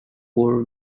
poor